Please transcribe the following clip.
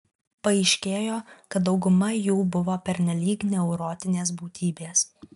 paaiškėjo kad dauguma jų buvo pernelyg neurotinės būtybės